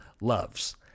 loves